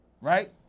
right